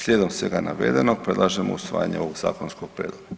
Slijedom svega navedenog predlažemo usvajanje ovog zakonskog prijedloga.